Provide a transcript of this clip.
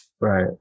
Right